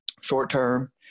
short-term